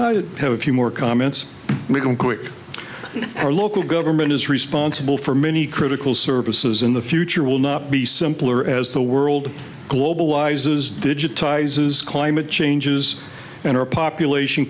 guys have a few more comments made in quick our local government is responsible for many critical services in the future will not be simpler as the world globalize is digitizes climate changes and our population